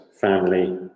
family